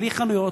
בלי חנויות,